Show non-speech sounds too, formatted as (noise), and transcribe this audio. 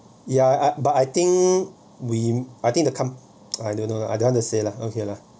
ya (noise) but I think we I think the com~ I don't know I don't want to say lah okay lah